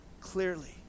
clearly